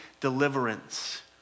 deliverance